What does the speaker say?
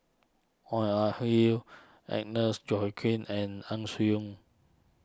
Oog Ah Hoi Agnes Joaquim and Ang Swee Aun